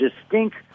distinct